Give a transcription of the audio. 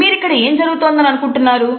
మీరు ఇక్కడ ఏం జరుగుతోందని అనుకుంటున్నారు